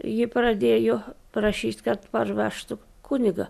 ji pradėjo prašyti kad parvežtų kunigą